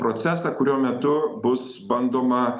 procesą kurio metu bus bandoma